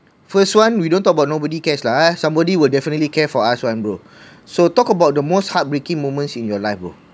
first one we don't talk about nobody cares lah ah somebody will definitely care for us one bro so talk about the most heartbreaking moments in your life bro